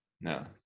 No